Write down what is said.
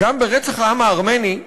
גם ברצח העם הארמני,